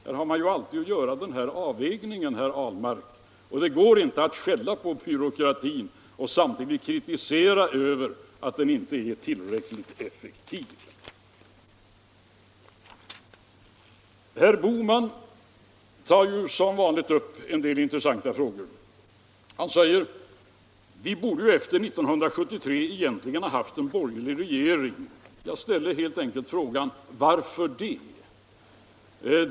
Man har ju alltid att göra en avvägning, herr Ahlmark. Det går inte att skälla på byråkratin och samtidigt kritisera att den inte är tillräckligt effektiv. Herr Bohman tar som vanligt upp en del intressanta frågor. Han säger att vi efter 1973 egentligen borde ha haft en borgerlig regering. Jag ställer helt enkelt frågan: Varför det?